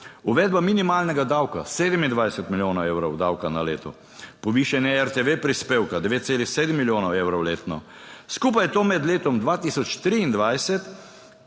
Uvedba minimalnega davka, 27 milijonov evrov davka na leto. Povišanje RTV prispevka 9,7 milijonov evrov letno. Skupaj to med letom 2023.